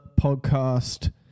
podcast